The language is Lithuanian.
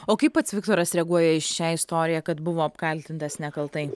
o kaip pats viktoras reaguoja į šią istoriją kad buvo apkaltintas nekaltai